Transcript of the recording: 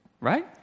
right